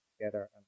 together